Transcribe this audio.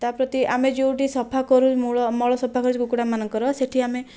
ତା' ପ୍ରତି ଆମେ ଯେଉଁଠି ସଫା କରୁ ମଳସଫା କରୁ କୁକୁଡ଼ାମାନଙ୍କର ସେଇଠି ଆମେ